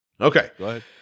Okay